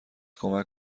کمک